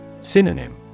Synonym